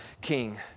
king